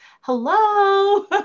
hello